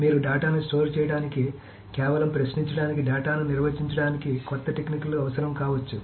మీరు డేటాను స్టోర్ చేయడానికి కేవలం ప్రశ్నించడానికి డేటాను నిర్వహించడానికి కొత్త టెక్నిక్లు అవసరం కావచ్చు